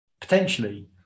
potentially